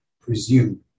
presume